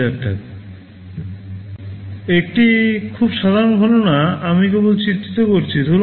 10000 একটি খুব সাধারণ গণনা আমি কেবল চিত্রিত করছি